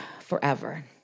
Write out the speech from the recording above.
forever